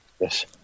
Yes